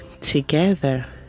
together